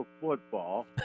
football